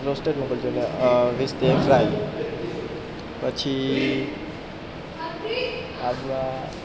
roasted મોકલજો અને વીસ જેવા ફ્રાય પછી આપણા